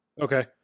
Okay